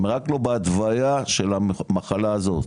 הם רק לא בהתוויה של המחלה הזאת,